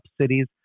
cities